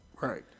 right